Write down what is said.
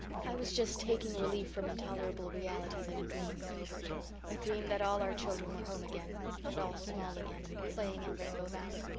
i was just taking relief from intolerable realities in a dream, gilbert a dream that all our children were home again and all small again playing in rainbow valley.